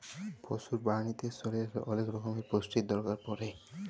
পশু প্রালিদের শরীরের ওলেক রক্যমের পুষ্টির দরকার পড়ে